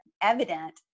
evident